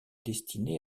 destiné